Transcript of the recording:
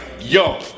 yo